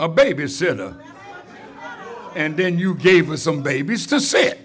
a babysitter and then you gave her some babies to say